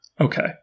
Okay